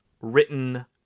written